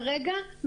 כרגע,